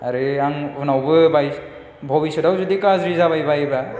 आरो आं उनावबो बाय बबिसदआव जुदि गाज्रि जाबाय बायोबा